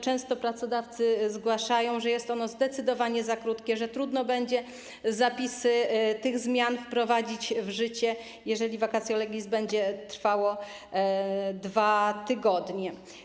Często pracodawcy zgłaszają, że jest ono zdecydowanie za krótkie, że trudno będzie zapisy tych zmian wprowadzić w życie, jeżeli będzie ono trwało 2 tygodnie.